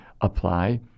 apply